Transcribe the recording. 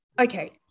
okay